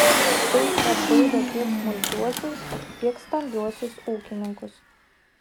tai atbaido tiek smulkiuosius tiek stambiuosius ūkininkus